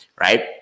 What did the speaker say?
right